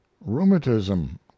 rheumatism